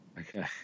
Okay